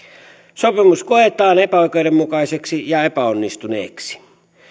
sopimus koetaan epäoikeudenmukaiseksi ja epäonnistuneeksi